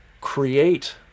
create